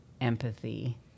empathy